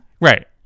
Right